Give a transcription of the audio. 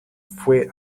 fue